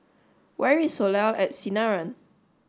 where is Soleil at Sinaran